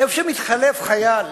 איפה שמתחלף חייל